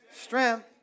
strength